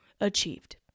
achieved